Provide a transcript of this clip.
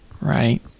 right